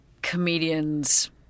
Comedian's